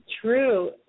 True